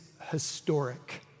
historic